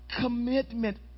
commitment